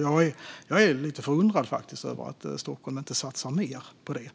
Jag är faktiskt lite förundrad över att Stockholm inte satsar mer på det.